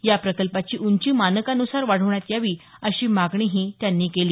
या प्रकल्पाची उंची मानकान्सार वाढवण्यात यावी अशी मागणीही त्यांनी केली